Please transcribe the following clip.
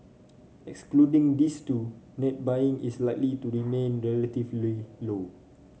excluding these two net buying is likely to remain relatively low